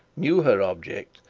knew her object,